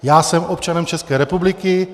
Já jsem občanem České republiky.